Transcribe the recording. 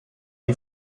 die